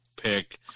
pick